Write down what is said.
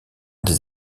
des